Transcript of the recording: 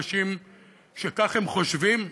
אנשים שכך הם חושבים.